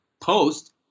post